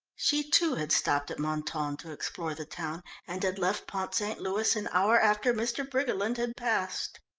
she, too, had stopped at mentone to explore the town, and had left pont st. louis an hour after mr. briggerland had passed.